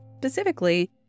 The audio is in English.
specifically